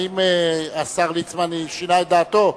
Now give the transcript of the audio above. האם השר ליצמן שינה את דעתו?